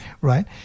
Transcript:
right